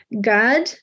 God